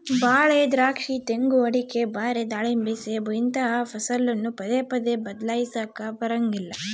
ಬಾಳೆ, ದ್ರಾಕ್ಷಿ, ತೆಂಗು, ಅಡಿಕೆ, ಬಾರೆ, ದಾಳಿಂಬೆ, ಸೇಬು ಇಂತಹ ಫಸಲನ್ನು ಪದೇ ಪದೇ ಬದ್ಲಾಯಿಸಲಾಕ ಬರಂಗಿಲ್ಲ